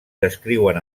descriuen